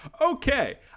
Okay